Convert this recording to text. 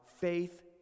faith